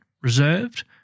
reserved